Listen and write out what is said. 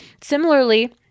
Similarly